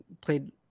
played